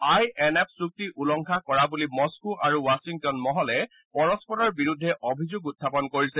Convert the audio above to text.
আই N F চুক্তি উলংঘা কৰা বুলি মস্থো আৰু ৱাখিংটন মহলে পৰস্পৰৰ বিৰুদ্ধে অভিযোগ উখাপন কৰিছে